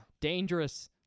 dangerous